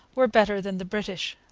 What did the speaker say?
were better than the british.